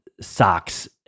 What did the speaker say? socks